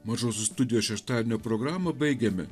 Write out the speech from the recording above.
mažosios studijos šeštadienio programą baigiame